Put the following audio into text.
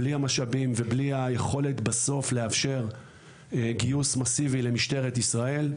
בלי המשאבים ובלי היכולת לאפשר גיוס מאסיבי למשטרת ישראל,